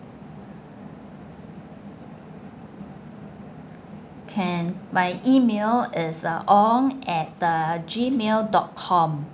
can my email is uh ong at uh G mail dot com